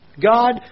God